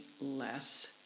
less